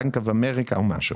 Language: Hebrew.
בנק אוף אמריקה או משהו,